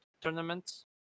tournaments